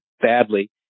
badly